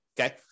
Okay